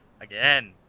again